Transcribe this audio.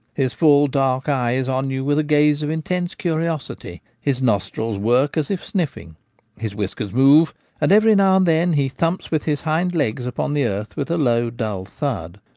his full dark eye is on you with a gaze of ntense curiosity his nostrils work as if sniffing his whiskers move and every now and then he thumps with his hind legs upon the earth with a low dull thud.